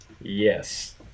yes